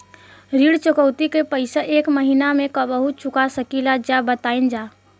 ऋण चुकौती के पैसा एक महिना मे कबहू चुका सकीला जा बताईन जा?